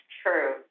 true